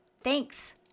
Thanks